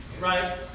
Right